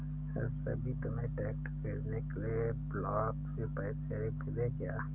रवि तुम्हें ट्रैक्टर खरीदने के लिए ब्लॉक से पैसे मिले क्या?